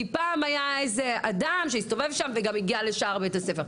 כי פעם היה איזה אדם שהסתובב שם וגם הגיע לשער בית הספר.